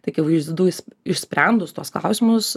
tai akivaizdus išsprendus tuos klausimus